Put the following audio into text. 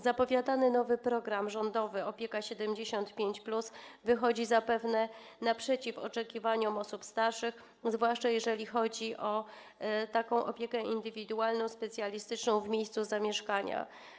Zapowiadany nowy program rządowy „Opieka 75+” wychodzi zapewne naprzeciw oczekiwaniom osób starszych, zwłaszcza jeżeli chodzi o opiekę indywidualną, specjalistyczną w miejscu zamieszkania.